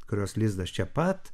kurios lizdas čia pat